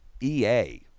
EA